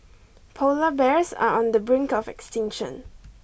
polar bears are on the brink of extinction